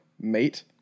mate